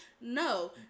No